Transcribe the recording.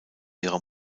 ihrer